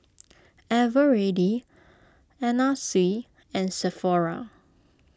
Eveready Anna Sui and Sephora